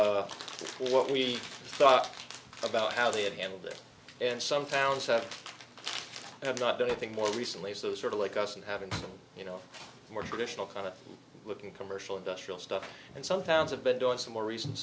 of what we talked about how they have handled it and some towns have not done anything more recently so sort of like us and having you know more traditional kind of looking commercial industrial stuff and some towns have been doing some more re